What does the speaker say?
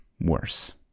worse